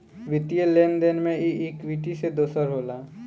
वित्तीय लेन देन मे ई इक्वीटी से दोसर होला